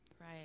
Right